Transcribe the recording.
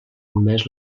més